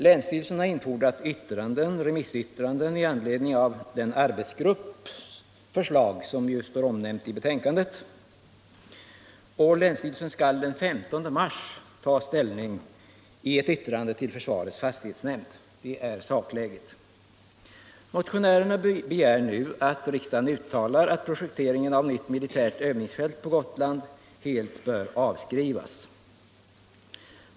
Länsstyrelsen har infordrat remissyttranden i anledning av förslag från den arbetsgrupp som nämns i betänkandet, och länsstyrelsen skall den 15 mars ta ställning i yttrande till försvarets fastighetsnämnd. Detta är sakläget. Motionärerna begär att riksdagen uttalar att projekteringen av ett nytt militärt övningsfält på Gotland helt bör avskrivas.